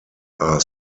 are